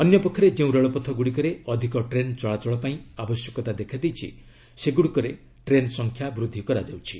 ଅନ୍ୟପକ୍ଷରେ ଯେଉଁ ରେଳପଥ ଗୁଡ଼ିକରେ ଅଧିକ ଟ୍ରେନ୍ ଚଳାଚଳ ପାଇଁ ଆବଶ୍ୟକତା ଦେଖାଦେଇଛି ସେଗ୍ରଡ଼ିକରେ ଟ୍ରେନ୍ ସଂଖ୍ୟା ବୃଦ୍ଧି କରାଯାଉଛି